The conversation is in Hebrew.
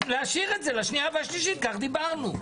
אז להשאיר את זה לשנייה ולשלישית, כך דיברנו.